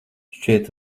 šķiet